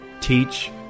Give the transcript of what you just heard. teach